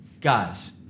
guys